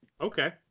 Okay